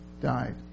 died